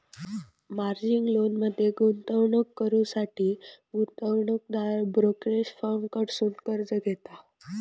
margin लोनमध्ये गुंतवणूक करुसाठी गुंतवणूकदार ब्रोकरेज फर्म कडसुन कर्ज घेता